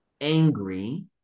Angry